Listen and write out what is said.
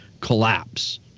collapse